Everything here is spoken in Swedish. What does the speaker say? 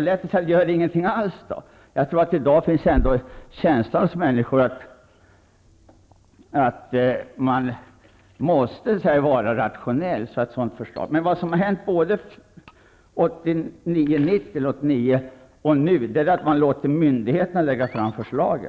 lätt att säga: Gör ingenting alls! Men jag tror att människor i dag ändå känner att det är nödvändigt att det kommer ett rationellt förslag. Vad som hänt 1989 och vad som händer nu är att man låter de militära myndigheterna lägga fram förslag.